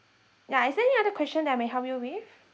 ya is there any other question that I may help you with